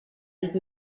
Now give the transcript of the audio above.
dit